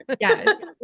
Yes